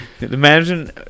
imagine